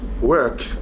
work